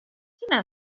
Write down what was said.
sena